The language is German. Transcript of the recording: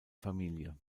familie